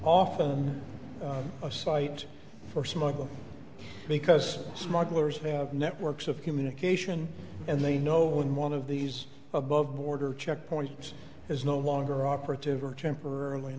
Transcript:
often a site for smugglers because smugglers have networks of communication and they know when one of these above border checkpoints is no longer operative or temporarily